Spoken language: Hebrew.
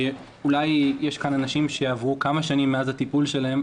אולי יש כאן אנשים שעברו כמה שנים מאז הטיפול שלהם.